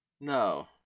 No